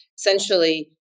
Essentially